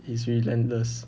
he's relentless